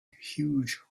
huge